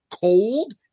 cold